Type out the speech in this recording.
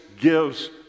gives